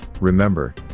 remember